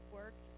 work